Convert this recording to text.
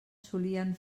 solien